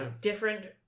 Different